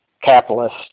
capitalist